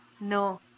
No